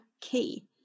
key